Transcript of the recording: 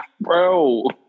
bro